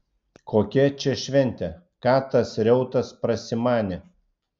kokia čia šventė ką tas reutas prasimanė